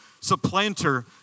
supplanter